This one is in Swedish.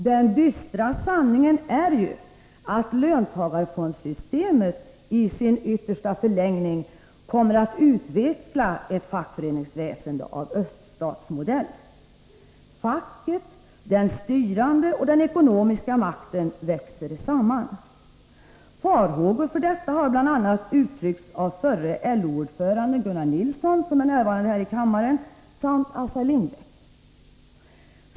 Den dystra sanningen är ju att löntagarfondssystemet i sin yttersta förlängning kommer att utveckla ett fackföreningsväsende av öststatsmodell. Facket, den styrande och den ekonomiska makten växer samman. Farhågor för detta har bl.a. uttryckts av förre LO-ordföranden Gunnar Nilsson, som är närvarande här i kammaren, och Assar Lindbäck.